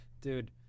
dude